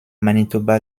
manitoba